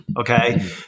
Okay